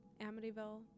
Amityville